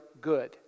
good